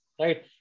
right